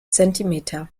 zentimeter